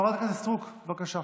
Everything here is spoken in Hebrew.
חברת הכנסת סטרוק, בבקשה.